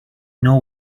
know